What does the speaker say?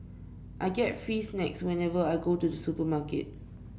I get free snacks whenever I go to the supermarket